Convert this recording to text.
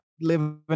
living